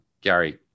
Gary